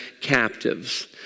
captives